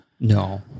No